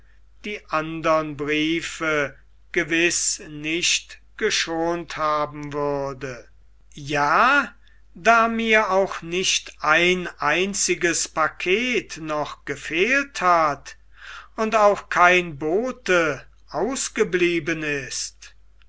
die andern briefe gewiß nicht geschont haben würde ja da mir auch nicht ein einziges paket noch gefehlt hat und auch kein bote ausgeblieben ist